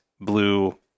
blue